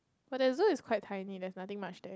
but the zoo is quite tiny there's nothing much there